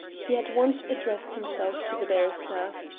he at once addressed himself to the barrister.